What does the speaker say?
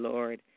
Lord